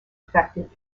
effective